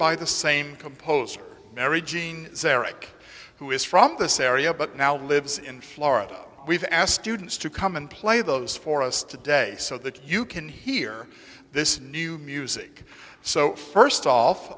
by the same composer mary jean serach who is from this area but now lives in florida we've asked students to come and play those for us today so that you can hear this new music so first off